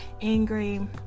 angry